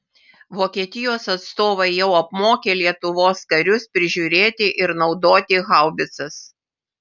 vokietijos atstovai jau apmokė lietuvos karius prižiūrėti ir naudoti haubicas